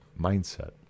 mindset